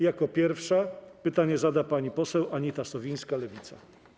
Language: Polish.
Jako pierwsza pytanie zada pani poseł Anita Sowińska, Lewica.